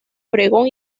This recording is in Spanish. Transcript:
obregón